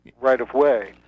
right-of-way